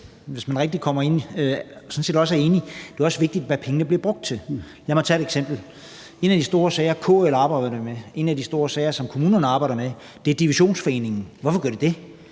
hvis man rigtig kommer ind i det, sådan set også er enige – er, hvad pengene bliver brugt til; det er jo også vigtigt. Lad mig tage som eksempel en af de store sager, KL arbejder med, en af de store sager, som kommunerne arbejder med, nemlig Divisionsforeningen. Hvorfor gør de det?